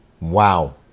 Wow